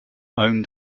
owned